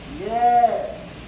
yes